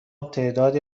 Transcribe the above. تعدادی